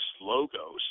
logos